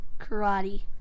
Karate